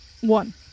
One